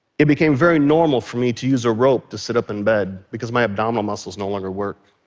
it became very normal for me to use a rope to sit up in bed, because my abdominal muscles no longer work.